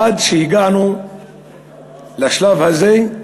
עד שהגענו לשלב הזה: